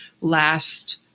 last